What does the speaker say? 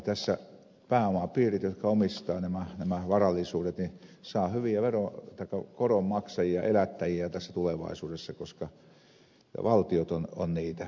tässä pääomapiirit jotka omistavat nämä varallisuudet saavat hyviä koronmaksajia elättäjiä tulevaisuudessa koska valtiot ovat niitä